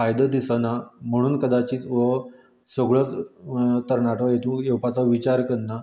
फायदो दिसना म्हणून कदाचीत हो सगळोच तरणाटो हेतूंत येवपाचो विचार करना